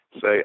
say